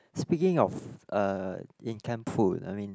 speaking of uh in camp food I mean